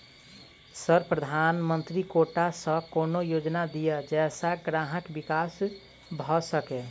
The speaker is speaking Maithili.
सर प्रधानमंत्री कोटा सऽ कोनो योजना दिय जै सऽ ग्रामक विकास भऽ सकै?